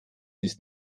ist